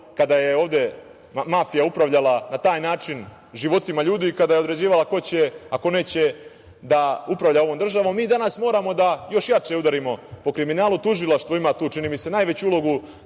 kada je mafija upravljala na taj način životima ljudi i kada je određivala ko će, a ko neće da upravlja ovom državom. Mi danas moramo još jače da udarimo po kriminalu. Tužilaštvo ima tu, čini mi se, najveću ulogu